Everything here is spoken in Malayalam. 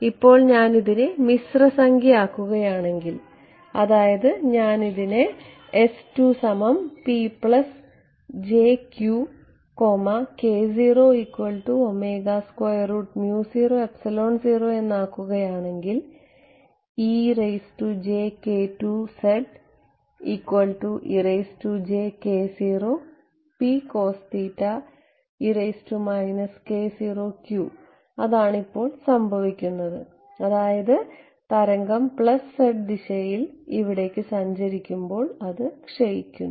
ഇപ്പോൾ ഞാൻ ഇതിനെ മിശ്ര സംഖ്യ ആകുകയാണെങ്കിൽ അതായത് ഞാൻ ഇതിനെ എന്നാക്കുകയാണെങ്കിൽ അതാണ് ഇപ്പോൾ സംഭവിക്കുന്നത് അതായത് തരംഗം പ്ലസ് z ദിശയിൽ ഇവിടേക്ക് സഞ്ചരിക്കുമ്പോൾ അത് ക്ഷയിക്കുന്നു